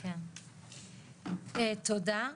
תודה.